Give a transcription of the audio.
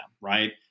right